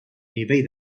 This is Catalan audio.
nivell